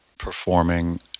Performing